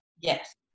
yes